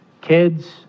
kids